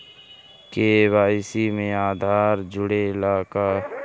KYC में आधार जुड़े ला का?